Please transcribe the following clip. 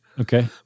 Okay